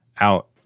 out